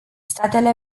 statele